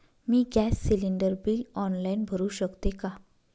मी gas cylinder bill online भरु शकते का?